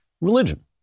religion